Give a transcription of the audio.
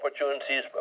opportunities